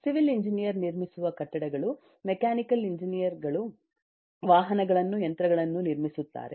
civil engineer ನಿರ್ಮಿಸುವ ಕಟ್ಟಡಗಳು mechanical ಎಂಜಿನಿಯರ್ಗಳು ವಾಹನಗಳನ್ನು ಯಂತ್ರಗಳನ್ನು ನಿರ್ಮಿಸುತ್ತಾರೆ